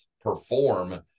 perform